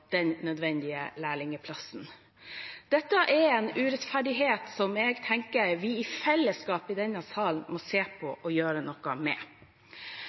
den nødvendige lærlingplassen. Dette er en urettferdighet som jeg tenker vi i fellesskap i denne sal må se på og gjøre noe med.